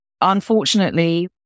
unfortunately